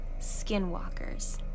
skinwalkers